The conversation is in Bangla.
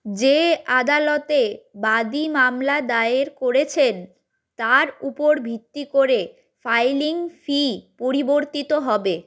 যে আদালতে বাদী মামলা দায়ের করেছেন তার উপর ভিত্তি করে ফাইলিং ফি পরিবর্তিত হবে